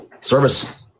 Service